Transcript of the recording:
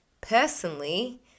personally